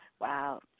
Wow